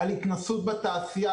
על התנסות בתעשייה,